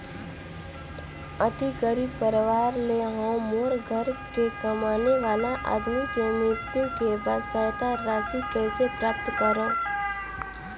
अति गरीब परवार ले हवं मोर घर के कमाने वाला आदमी के मृत्यु के बाद सहायता राशि कइसे प्राप्त करव?